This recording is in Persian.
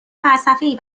فلسفهای